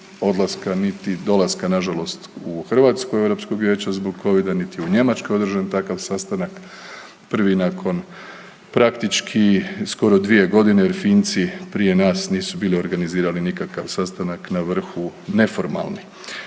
odlaska niti dolaska nažalost u Hrvatsku, EU vijeća zbog Covida niti je u Njemačkoj održan takav sastanak, prvi nakon praktički skoro 2 godine jer Finci prije nas nisu bili organizirali nikakav sastanak na vrhu, neformalni.